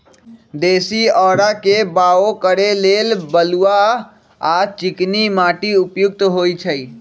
देशी औरा के बाओ करे लेल बलुआ आ चिकनी माटि उपयुक्त होइ छइ